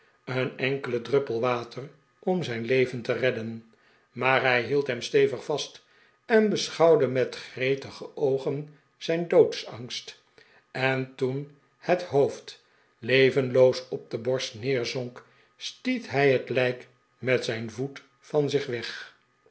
een enkelen druppel water om zijn leven te redden maar hij hield hem stevig vast en beschouwde met gretige oogen zijn doodsangst en toen het hoofd levenloos op de borst neerzonk stiet hij het lijk met zijn voet van zich weg